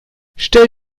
stell